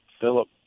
Philip